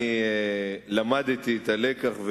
למדתי את הלקח,